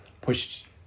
pushed